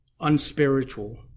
unspiritual